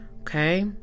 Okay